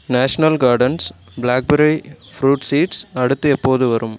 national gardens blackberry fruit seeds அடுத்து எப்போது வரும்